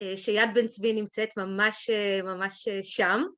שיד בן צבי נמצאת ממש, ממש שם.